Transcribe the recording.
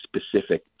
specific